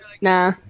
nah